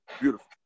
Beautiful